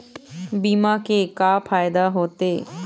बीमा के का फायदा होते?